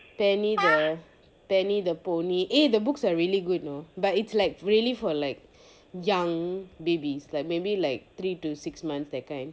penny the penny the pony eh the books are really good you know but it's like really for like young babies like maybe like three to six months that kind